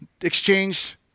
exchange